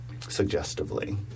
suggestively